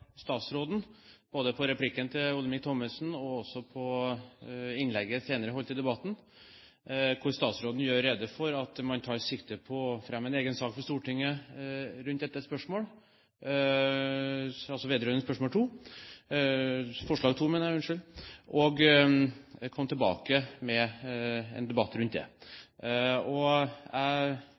statsråden, både på replikken fra Olemic Thommessen og i innlegget holdt senere i debatten, der statsråden gjør rede for at man tar sikte på å fremme en egen sak for Stortinget rundt dette spørsmålet, altså vedrørende forslag nr. 2, og komme tilbake med en debatt rundt det. Jeg vil derfor be Høyre om å gjøre forslaget om til et oversendelsesforslag, da jeg